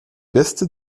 beste